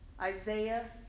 Isaiah